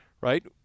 right